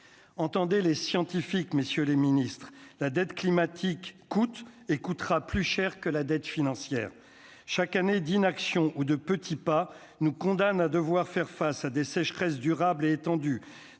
entendez les scientifiques, messieurs les Ministres, la dette climatique coûte et coûtera plus cher que la dette financière chaque année d'inaction ou de petits pas nous condamne à devoir faire face à des sécheresses durables et étendue